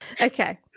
okay